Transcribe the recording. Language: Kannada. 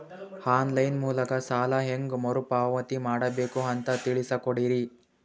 ಆನ್ ಲೈನ್ ಮೂಲಕ ಸಾಲ ಹೇಂಗ ಮರುಪಾವತಿ ಮಾಡಬೇಕು ಅಂತ ತಿಳಿಸ ಕೊಡರಿ?